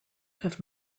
have